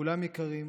כולם יקרים,